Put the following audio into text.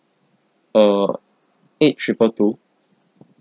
uh eight triple two